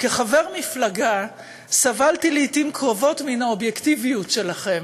כחבר מפלגה סבלתי לעתים קרובות מן האובייקטיביות שלכם,